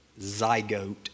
zygote